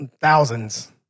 thousands